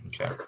okay